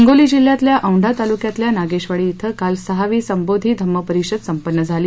हिंगोली जिल्ह्यातल्या औंढा तालुक्यातल्या नागेशवाडी िं काल सहावी संबोधी धम्म परिषद संपन्न झाली